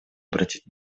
обратить